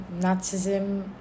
Nazism